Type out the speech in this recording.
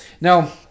Now